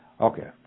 Okay